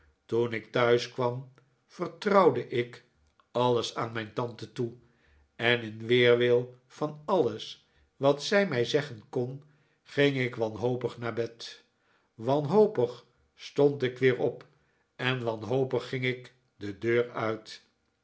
toen ik thuis kwam vertrouwde ik alles aan mijn tante toe en in weerwil van alles wat zij mij zeggen kon ging ik wanhopig naar bed wanhopig stond ik weer op en wanhopig ging ik de deur uit